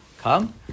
come